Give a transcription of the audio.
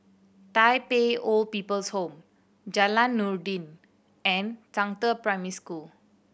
Tai Pei Old People's Home Jalan Noordin and Zhangde Primary School